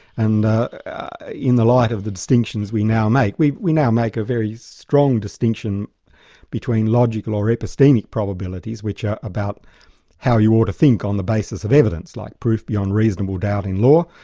and in the light of the distinctions we now make, we we now make a very strong distinction between logical or epistemic probabilities, which are about how you ought to think on the basis of evidence, like proof beyond reasonable doubt in law,